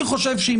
לדעתי,